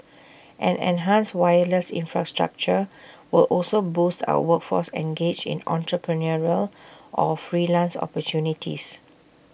an enhanced wireless infrastructure will also boost our workforce engaged in entrepreneurial or freelance opportunities